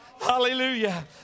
Hallelujah